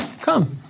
come